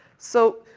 so,